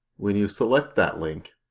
when you select that link,